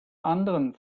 anderen